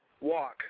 Walk